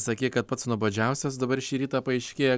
sakė kad pats nuobodžiausias dabar šį rytą paaiškėja